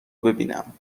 ببینم